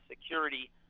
security